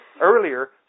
earlier